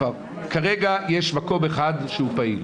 כרגע יש מקום אחד שהוא פעיל.